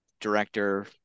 Director